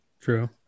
True